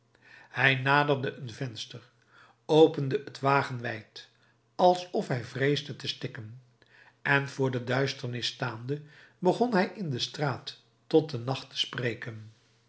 hij naderde een venster opende het wagenwijd alsof hij vreesde te stikken en voor de duisternis staande begon hij in de straat tot den nacht te spreken